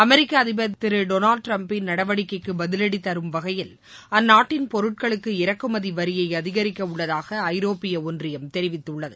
அமெரிக்க அதிபர் திரு டொனால்டு டிரம்பின் நடவடிக்கைக்கு பதிவடி தரும் வகையில் அந்நாட்டின் பொருட்களுக்கு இறக்குமதி வரியை அதிகரிக்க உள்ளதாக ஐரோப்பிய ஒன்றியம் தெரிவித்துள்ளது